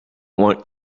want